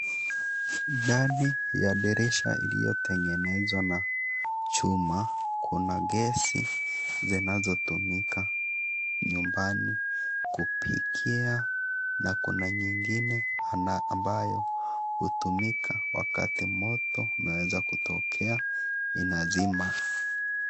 Ndani ya dirisha iliyotengenezwa na chuma. Kuna gesi zinazotumika nyumbani kupikia na kuna nyingine ambayo hutumika wakati moto unaweza kutokea unazima.